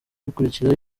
bikurikira